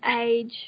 age